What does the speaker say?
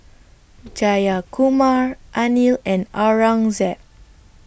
Jayakumar Anil and Aurangzeb